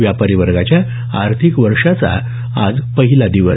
व्यापारी वर्गाच्या आर्थिक वर्षाचा आज पहिला दिवस